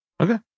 Okay